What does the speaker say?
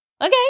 Okay